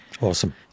awesome